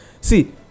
see